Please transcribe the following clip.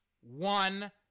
one